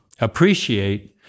appreciate